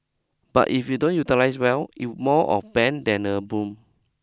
but if you don't utilise well it more of bane than a boon